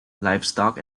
livestock